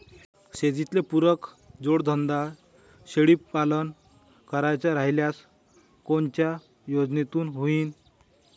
शेतीले पुरक जोडधंदा शेळीपालन करायचा राह्यल्यास कोनच्या योजनेतून होईन?